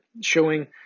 showing